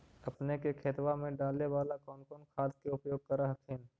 अपने के खेतबा मे डाले बाला कौन कौन खाद के उपयोग कर हखिन?